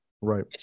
Right